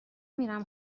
میرم